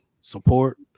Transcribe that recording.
support